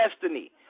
destiny